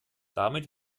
damit